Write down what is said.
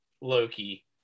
loki